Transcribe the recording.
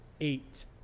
eight